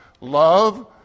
love